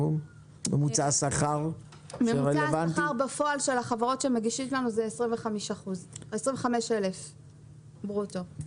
ממוצע השכר בפועל של החברות שמגישות לנו זה 25,000 ברוטו.